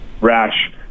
rash